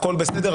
הכול בסדר,